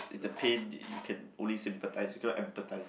is the pain the you can only sympathize you cannot empathize